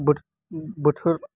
बोथोर